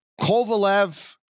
Kovalev